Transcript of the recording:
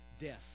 Death